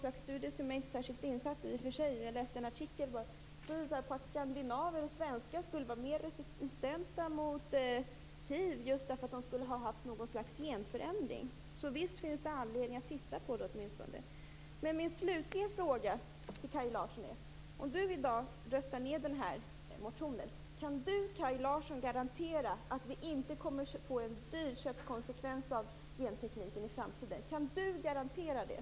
Jag är i och för sig inte särskilt insatt i den, jag läste bara en artikel, men den visar att skandinaver och svenskar skulle vara mer resistenta mot hiv just för att de skulle ha haft något slags genförändring. Så visst finns det anledning att åtminstone titta närmare på detta. Min slutliga fråga till Kaj Larsson är: Om Kaj Larsson i dag röstar ned den här motionen, kan Kaj Larsson garantera att konsekvensen av gentekniken inte blir en dyrköpt erfarenhet i framtiden? Kan Kaj Larsson garantera det?